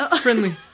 Friendly